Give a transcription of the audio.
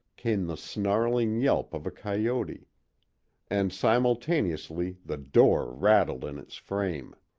came the snarling yelp of a coyote and simultaneously the door rattled in its frame.